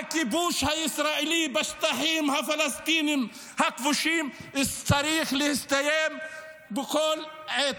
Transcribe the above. הכיבוש הישראלי בשטחים הפלסטיניים הכבושים צריך להסתיים בכל עת.